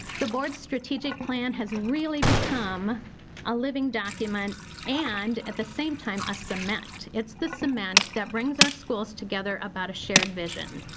the boards strategic plan has really become a living document and at the same time a cement. it's the cement that brings our schools together about a shared vision.